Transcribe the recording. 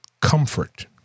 comfort